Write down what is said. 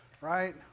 right